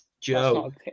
Joe